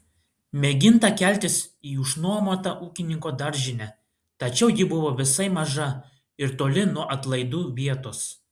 mėginta keltis į išnuomotą ūkininko daržinę tačiau ji buvo visai maža ir toli nuo atlaidų vietos